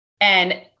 And-